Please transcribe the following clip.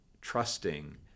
trusting